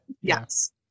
Yes